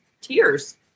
tears